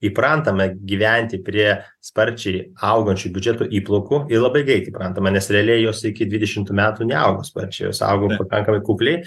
įprantame gyventi prie sparčiai augančių biudžeto įplaukų i labai greitai įprantama nes realiai jos iki dvidešimtų metų neaugo sparčiai jos augo pakankamai kukliai